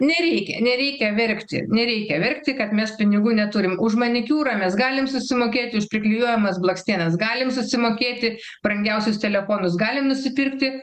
nereikia nereikia verkti nereikia verkti kad mes pinigų neturim už manikiūrą mes galim susimokėti už priklijuojamas blakstienas galim susimokėti brangiausius telefonus galim nusipirkti